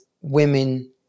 women